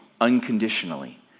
unconditionally